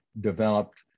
developed